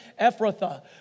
Ephrathah